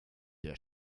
der